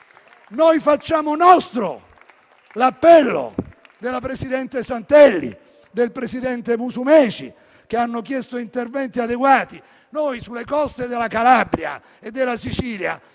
Facciamo nostro l'appello del presidente Santelli e del presidente Musumeci che hanno chiesto interventi adeguati. Sulle coste della Calabria e della Sicilia